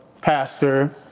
pastor